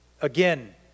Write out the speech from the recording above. Again